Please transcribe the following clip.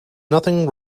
nothing